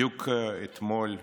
בדיוק אתמול,